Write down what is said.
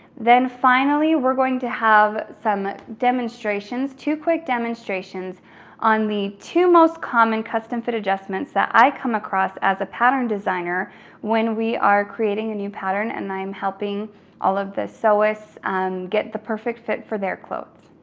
then finally, we're going to have some demonstrations, two quick demonstrations on the two most common custom fit adjustments that i come across as a pattern designer when we are creating a new pattern and i'm helping all of the so sewers get the perfect fit for their clothes.